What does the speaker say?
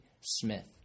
Smith